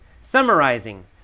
summarizing